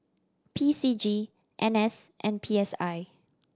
P C G N S and P S I